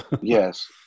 Yes